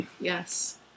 Yes